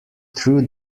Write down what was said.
through